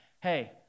Hey